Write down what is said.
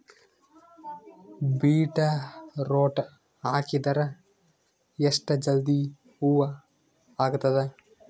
Beetroot ಹಾಕಿದರ ಎಷ್ಟ ಜಲ್ದಿ ಹೂವ ಆಗತದ?